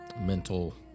mental